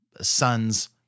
sons